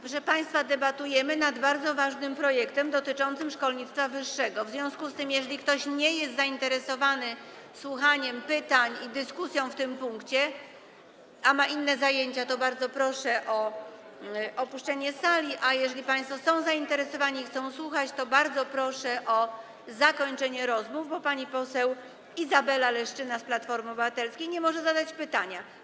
Proszę państwa, debatujemy nad bardzo ważnym projektem dotyczącym szkolnictwa wyższego, jeżeli więc ktoś nie jest zainteresowany słuchaniem pytań i dyskusją w tym punkcie, a ma inne zajęcia, to bardzo proszę o opuszczenie sali, a jeżeli państwo są zainteresowani i chcą słuchać, to bardzo proszę o zakończenie rozmów, bo pani poseł Izabela Leszczyna z Platformy Obywatelskiej nie może zadać pytania.